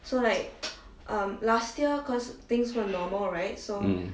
mm